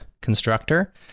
constructor